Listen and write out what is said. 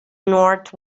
north